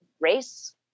race